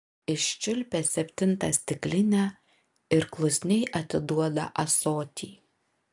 iščiulpia septintą stiklinę ir klusniai atiduoda ąsotį